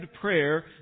prayer